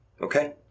Okay